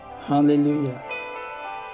Hallelujah